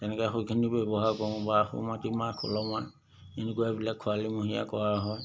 তেনেকৈ সেইখিনি ব্যৱহাৰ কৰোঁ বা মাটিমাহ ক'লামাহ এনেকুৱাবিলাক খৰালিমহীয়া কৰা হয়